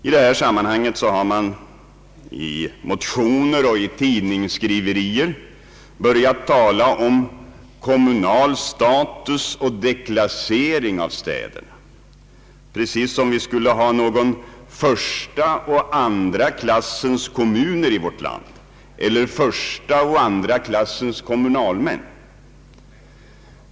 I detta sammanhang har man i motioner och i tidningsartiklar börjat tala om kommunal status och deklassering av städerna. Precis som om vi skulle ha första och andra klassens kommuner i vårt land eller första och andra klassens kommunalmän.